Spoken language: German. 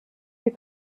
die